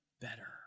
better